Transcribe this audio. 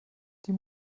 die